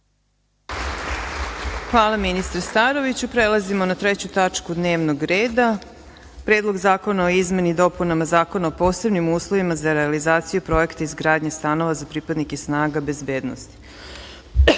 Hvala, ministre Staroviću. Prelazimo na Treću tačku dnevnog reda – Predlog zakona o izmenama i dopunama Zakona o posebnim uslovima za realizaciju Projekta izgradnje stanova za pripadnike snaga bezbednosti. Primili